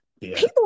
People